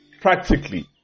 Practically